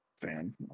fan